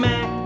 Mac